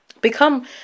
Become